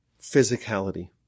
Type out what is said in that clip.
physicality